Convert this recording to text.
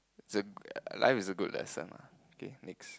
it's a life is a good lesson lah okay next